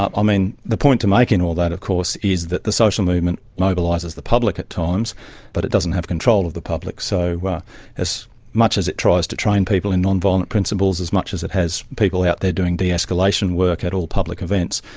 um the point to make in all that of course is that the social movement mobilises the public at times but it doesn't have control of the public. so as much as it tries to train people in nonviolent principles, as much as it has people out there doing de-escalation work at all public events,